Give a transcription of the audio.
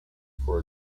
for